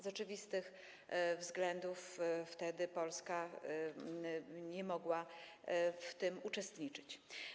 Z oczywistych względów wtedy Polska nie mogła w tym uczestniczyć.